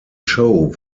show